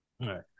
right